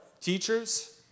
teachers